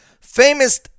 famous